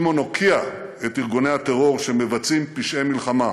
שמעון הוקיע את ארגוני הטרור שמבצעים פשעי מלחמה,